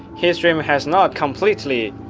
his dream has not completely